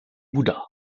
bouddha